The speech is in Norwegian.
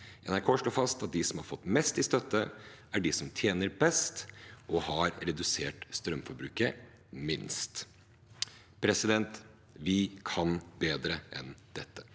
NRK slår fast at de som har fått mest i støtte, er de som tjener best og har redusert strømforbruket minst. Vi kan bedre enn dette.